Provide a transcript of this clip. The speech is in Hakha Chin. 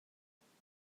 nangmah